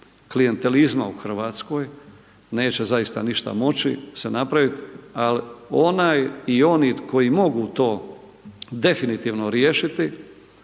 klijentelizma u Hrvatskoj neće zaista ništa moći se napraviti, ali onaj i oni koji mogu to definitivno riješiti